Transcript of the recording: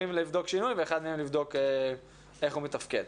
לבדוק שינוי ואחד מהם לבדוק איך הוא מתפקד.